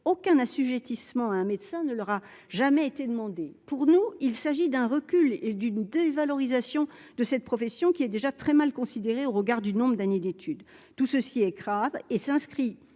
aucun assujettissement à un médecin ne leur a jamais été demandée pour nous, il s'agit d'un recul et d'une dévalorisation de cette profession qui est déjà très mal considéré, au regard du nombre d'années d'études, tout ceci est grave et s'inscrit,